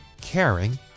caring